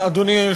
אדוני.